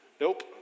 Nope